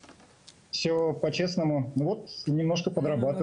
תשאלי אותו כמה זמן ניסיון יש לו כרופא.